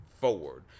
forward